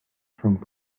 rhwng